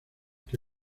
que